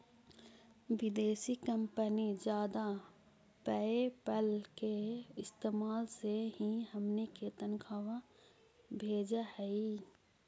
विदेशी कंपनी जादा पयेपल के इस्तेमाल से ही हमनी के तनख्वा भेजऽ हइ